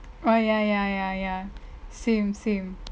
oh ya ya ya ya ya same same